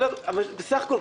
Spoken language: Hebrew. בסך הכול,